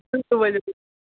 ؤلِو تُہۍ